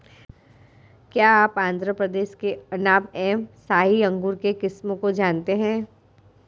क्या आप आंध्र प्रदेश के अनाब ए शाही अंगूर के किस्म को जानते हैं?